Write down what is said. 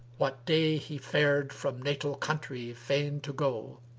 what day he fared from natal country fain to go